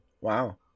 Wow